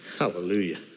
hallelujah